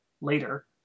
later